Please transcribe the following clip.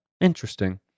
Interesting